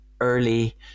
early